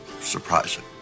surprising